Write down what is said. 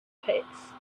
pits